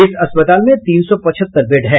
इस अस्पताल में तीन सौ पचहत्तर बेड हैं